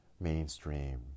mainstream